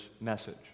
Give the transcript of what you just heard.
message